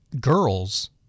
girls